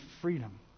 freedom